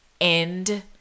end